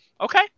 Okay